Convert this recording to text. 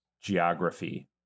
geography